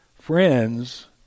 Friends